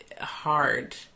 hard